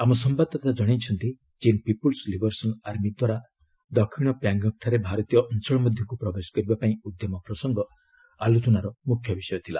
ଆମ ସମ୍ବାଦଦାତା ଜଣାଇଛନ୍ତି ଚୀନ୍ ପିପୁଲ୍ ଲିବରେସନ୍ ଆର୍ମୀ ଦ୍ୱାରା ଦକ୍ଷିଣ ପ୍ୟାଙ୍ଗଙ୍ଗ୍ ଠାରେ ଭାରତୀୟ ଅଞ୍ଚଳ ମଧ୍ୟକୁ ପ୍ରବେଶ କରିବା ପାଇଁ ଉଦ୍ୟମ ପ୍ରସଙ୍ଗ ଆଲୋଚନାର ମୁଖ୍ୟ ବିଷୟ ଥିଲା